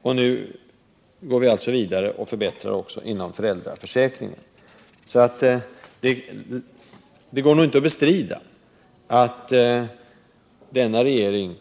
Nu går vi alltså vidare och gör förbättringar också inom föräldraförsäkringen. Det går inte att bestrida att denna regering,